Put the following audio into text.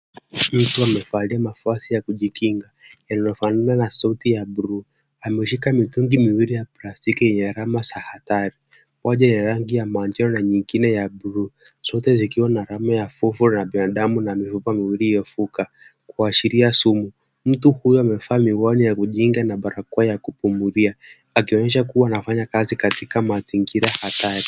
Mtu amevalia mavazi ya kujikinga inayofanana na suti ya bluu. Ameshika mitungi miwili ya plastiki yenye alama za hatari. Moja ya rangi ya manjano na nyingine ya bluu zote zikiwa na alama ya fuvu la binadamu na mifupa miwili iliyovuka kuashiria sumu. Mtu huyo amevaa miwani ya kujikinga na barakoa ya kupumulia akionyesha kuwa anafanya kazi katika mazingira hatari.